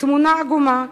תמונה עגומה,